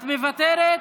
את מוותרת?